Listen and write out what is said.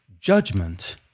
judgment